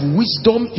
wisdom